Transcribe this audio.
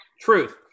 truth